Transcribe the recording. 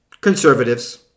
Conservatives